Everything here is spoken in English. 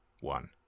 One